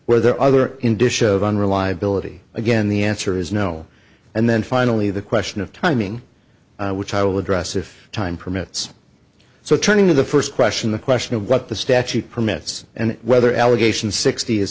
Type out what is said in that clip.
where the other in dish of unreliability again the answer is no and then finally the question of timing which i will address if time permits so turning to the first question the question of what the statute permits and whether allegation sixty is